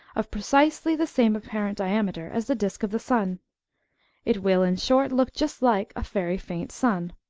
of precisely the same apparent diameter as the disc of the sun it will, in short, look just like a very faint sun.